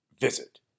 visit